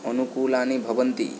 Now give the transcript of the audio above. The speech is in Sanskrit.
अनुकूलानि भवन्ति